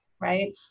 right